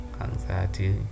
anxiety